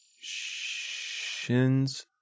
Shins